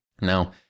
Now